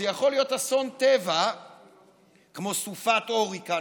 זה יכול להיות אסון טבע כמו סופת הוריקן,